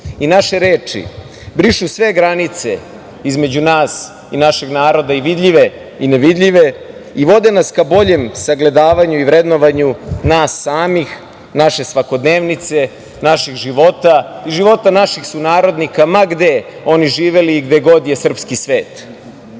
i naše reči brišu sve granice između nas i našeg naroda i vidljive i nevidljive i vode nas ka boljem sagledavanju i vrednovanju nas samih, naše svakodnevnice, naših života i života naših sunarodnika ma gde oni živeli i gde god je srpski svet. Mi